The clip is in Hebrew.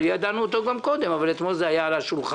שידענו אותו גם קודם אבל אתמול זה היה על השולחן.